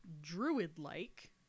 druid-like